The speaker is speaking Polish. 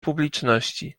publiczności